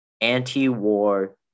anti-war